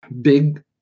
big